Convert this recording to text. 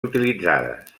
utilitzades